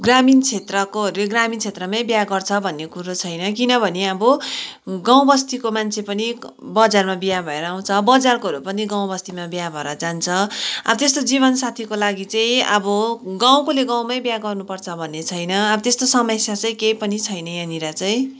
ग्रामीण क्षेत्रकोहरू ग्रामीण क्षेत्रमै बिहा गर्छ भन्ने कुरो छैन किनभने अब गाउँ बस्तीको मान्छे पनि बजारमा बिहा भएर आउँछ बजारकोहरू पनि गाउँ बस्तीमा बिहा भएर जान्छ अब त्यस्तो जीवन साथीको लागि चाहिँ अब गाउँकोले गाउँमै बिहा गर्नु पर्छ भन्ने छैन अब त्यस्तो समस्या चाहिँ केही पनि छैन यहाँनिर चाहिँ